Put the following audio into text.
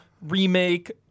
remake